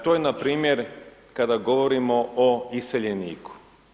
To je npr. kada govorimo o iseljeniku.